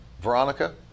Veronica